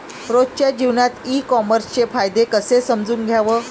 रोजच्या जीवनात ई कामर्सचे फायदे कसे समजून घ्याव?